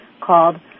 called